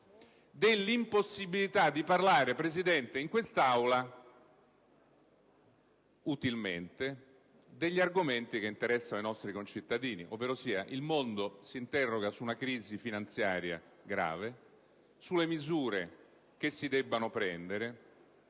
dell'impossibilità di parlare utilmente in quest'Aula degli argomenti che interessano i nostri concittadini. Il mondo si interroga su una crisi finanziaria grave, sulle misure che si devono prendere